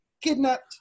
Kidnapped